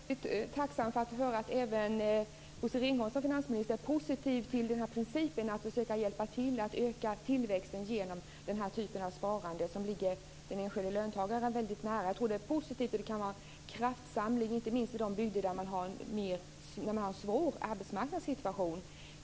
Herr talman! Jag är tacksam över att höra att även Bosse Ringholm, som finansminister, är positiv till den här principen när det gäller att försöka hjälpa till att öka tillväxten genom den här typen av sparande. Det här ligger ju väldigt nära den enskilde löntagaren. Jag tror att det är positivt. Det kan innebära en kraftsamling, inte minst i de bygder där man har en svår arbetsmarknadssituation.